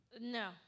No